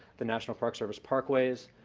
the national park service parkways.